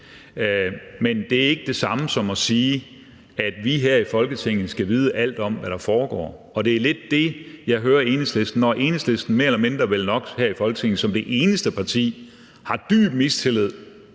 Men det er ikke det samme som at sige, at vi her i Folketinget skal vide alt om, hvad der foregår, og det er lidt det, jeg hører Enhedslisten sige. Enhedslisten har som nok mere eller mindre det eneste parti her i Folketinget